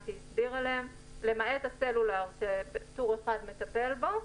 למעט הסלולר שטור 1 מטפל בו,